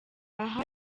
aha